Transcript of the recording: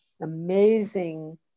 amazing